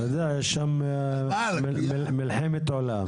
יש שם מלחמת עולם.